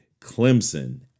Clemson